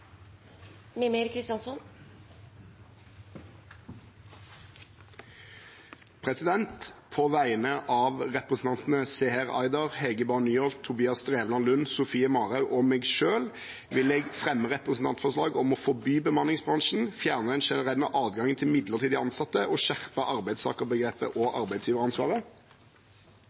På vegne av representantene Seher Aydar, Hege Bae Nyholt, Tobias Drevland Lund, Sofie Marhaug og meg selv vil jeg fremme et representantforslag om å forby bemanningsbransjen, fjerne den generelle adgangen til midlertidig ansatte og skjerpe arbeidstakerbegreper og arbeidsgiveransvaret.